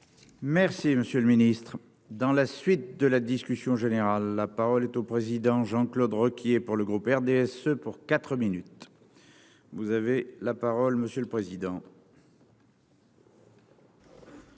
Merci, monsieur le Ministre, dans la suite de la discussion générale, la parole est au président Jean-Claude Requier pour le groupe RDSE pour 4 minutes, vous avez la parole monsieur le président.